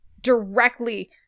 directly